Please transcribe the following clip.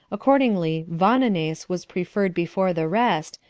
accordingly, vonones was preferred before the rest,